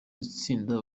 itsinda